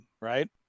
right